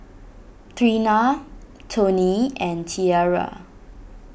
Treena Toney and Tierra